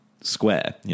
square